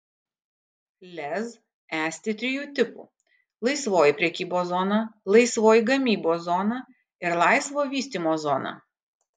lez esti trijų tipų laisvoji prekybos zona laisvoji gamybos zona ir laisvo vystymo zona